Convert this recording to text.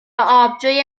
آبجوی